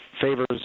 favors